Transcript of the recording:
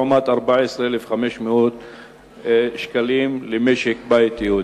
לעומת 14,500 שקלים למשק-בית יהודי.